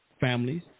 families